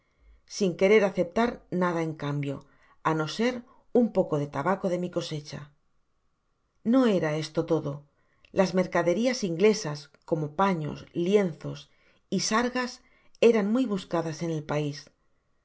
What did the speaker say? sin querer aceptar nada en cambio á no ser un poco de tabaco de mi cosecha no era esto todo las mercaderias inglesas como paños lienzos y sargas eran muy buscadas en el pais